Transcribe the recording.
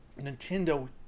Nintendo